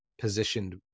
positioned